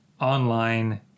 online